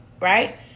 right